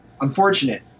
unfortunate